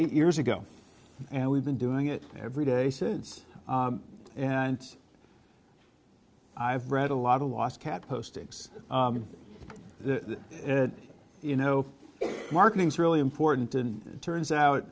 eight years ago and we've been doing it every day since and i've read a lot of lost cat postings and you know marketing is really important and turns out